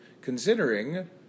considering